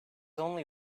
only